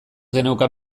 geneukan